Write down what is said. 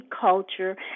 culture